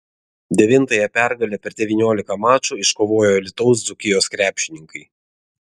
devintąją pergalę per devyniolika mačų iškovojo alytaus dzūkijos krepšininkai